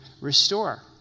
restore